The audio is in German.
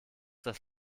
das